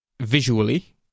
visually